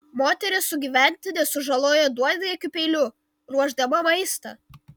moteris sugyventinį sužalojo duonriekiu peiliu ruošdama maistą